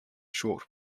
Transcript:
short